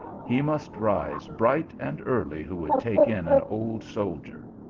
he must rise bright and early who would take in an old soldier.